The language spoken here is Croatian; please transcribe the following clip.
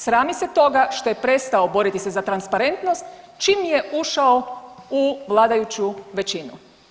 Srami se toga što je prestao boriti se za transparentnost čim je ušao u vladajuću većinu.